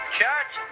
Church